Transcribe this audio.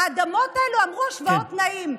האדמות האלה, אמרו: השוואות תנאים.